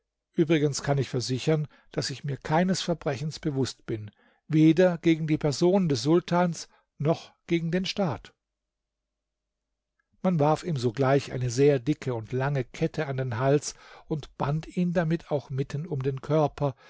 übrigens kann ich versichern daß ich mir keines verbrechens bewußt bin weder gegen die person des sultans noch gegen den staat man warf ihm sogleich eine sehr dicke und lange kette an den hals und band ihn damit auch mitten um den körper